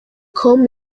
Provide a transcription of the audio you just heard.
com